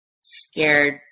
scared